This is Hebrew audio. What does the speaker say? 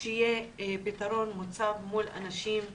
שיהיה פתרון מוצא מול אנשים,